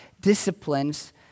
disciplines